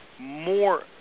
more